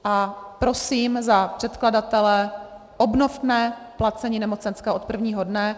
A prosím za předkladatele, obnovme placení nemocenské od prvního dne.